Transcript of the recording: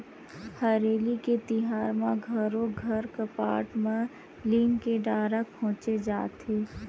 हरेली के तिहार म घरो घर कपाट म लीम के डारा खोचे जाथे